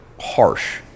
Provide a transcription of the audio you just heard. harsh